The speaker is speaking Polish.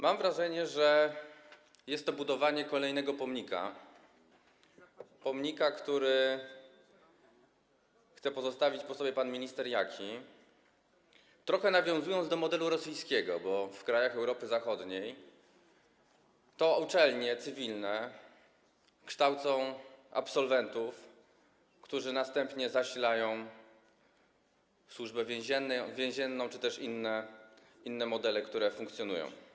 Mam wrażenie, że jest to budowanie kolejnego pomnika, który chce pozostawić po sobie pan minister Jaki, trochę nawiązując do modelu rosyjskiego, bo w krajach Europy Zachodniej to uczelnie cywilne kształcą absolwentów, którzy następnie zasilają służbę więzienną czy też inne modele, które funkcjonują.